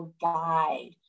guide